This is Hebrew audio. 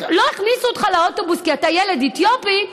לא הכניסו אותך לאוטובוס כי אתה ילד אתיופי,